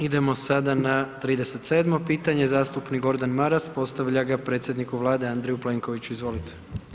Idemo sada na 37. pitanje, zastupnik Gordan Maras postavlja ga predsjedniku Vlade Andreju Plenkoviću, izvolite.